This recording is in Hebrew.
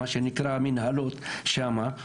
מה שנקרא מנהלות שם,